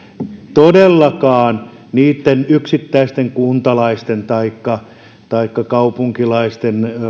todellakaan niitten yksittäisten kuntalaisten taikka taikka kaupunkilaisten